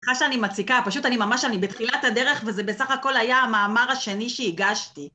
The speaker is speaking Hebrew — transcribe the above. סליחה שאני מציקה פשוט אני ממש אני בתחילת הדרך וזה בסך הכל היה המאמר השני שהגשתי